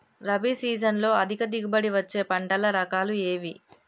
రబీ సీజన్లో అధిక దిగుబడి వచ్చే పంటల రకాలు ఏవి?